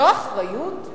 זו אחריות?